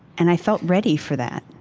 and i felt ready for that.